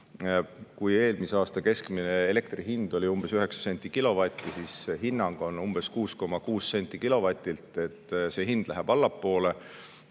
eelmise aasta keskmine elektri hind oli umbes 9 senti kilovatt, aga hinnang on umbes 6,6 senti kilovatt. Nii et hind läheb allapoole.